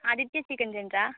Aditya chicken centre